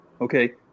okay